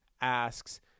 asks